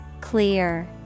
Clear